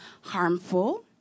harmful